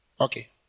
Okay